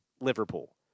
Liverpool